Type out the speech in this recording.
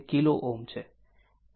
તે કિલો Ω છે